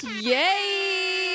Yay